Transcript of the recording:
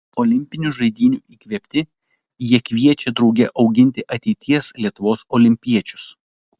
olimpinių žaidynių įkvėpti jie kviečia drauge auginti ateities lietuvos olimpiečius